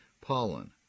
pollen